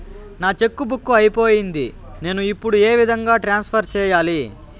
నా cheque book అయిపోయింది నేను ఇప్పుడు ఏ విధంగా ట్రాన్స్ఫర్ సేయాలి?